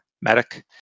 medic